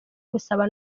gusaba